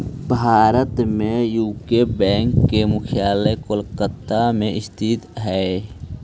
भारत में UCO bank के मुख्यालय कोलकाता में स्थित हइ